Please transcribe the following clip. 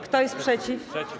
Kto jest przeciw?